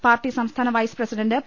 party സംസ്ഥാന vice president P